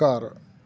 ਘਰ